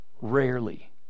Rarely